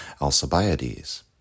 Alcibiades